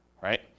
right